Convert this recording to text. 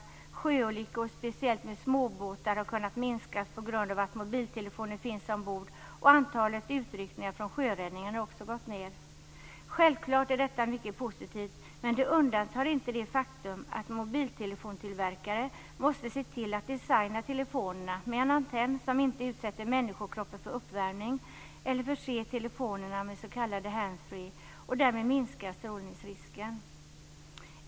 Antalet sjöolyckor, speciellt med småbåtar, har kunnat minskas på grund av att mobiltelefoner finns ombord, och antalet utryckningar från sjöräddningen har också gått ned. Självklart är detta mycket positivt, men det undantar inte det faktum att mobiltelefontillverkare måste se till att designa telefonerna med en antenn som inte utsätter människokroppen för uppvärmning eller förse telefonerna med s.k. handsfree och därmed minska strålningsrisken.